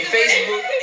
Facebook